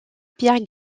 pierre